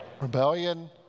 rebellion